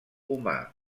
humà